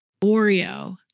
Oreo